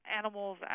animals